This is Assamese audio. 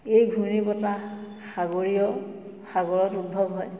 এই ঘূৰ্ণিবতাহ সাগৰীয় সাগৰত উদ্ভৱ হয়